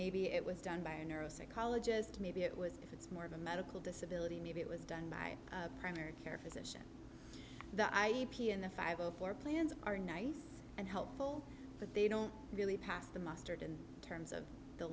maybe it was done by a neuro psych college just maybe it was if it's more of a medical disability maybe it was done by a primary care physician the i e p and the five o four plans are nice and helpful but they don't really pass the mustard in terms of the